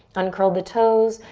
uncurl the toes,